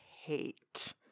hate